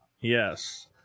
Yes